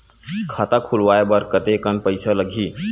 खाता खुलवाय बर कतेकन पईसा लगही?